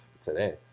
today